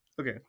Okay